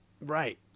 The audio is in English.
Right